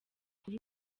kuri